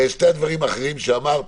שני הדברים האחרים שאמרת